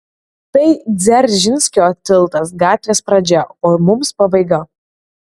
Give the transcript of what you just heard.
tai dzeržinskio tiltas gatvės pradžia o mums pabaiga